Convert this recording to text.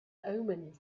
omen